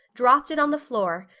dropped it on the floor,